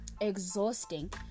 exhausting